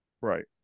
right